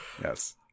yes